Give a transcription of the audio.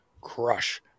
crush